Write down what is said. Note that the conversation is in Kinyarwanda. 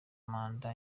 manda